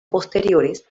posteriores